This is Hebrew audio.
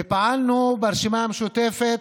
ופעלנו ברשימה המשותפת,